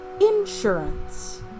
insurance